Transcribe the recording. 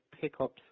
pickups